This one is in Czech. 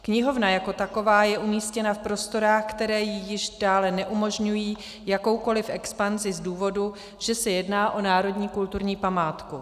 Knihovna jako taková je umístěna v prostorách, které jí již dále neumožňují jakoukoliv expanzi z důvodu, že se jedná o národní kulturní památku.